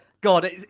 God